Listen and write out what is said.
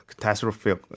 Catastrophic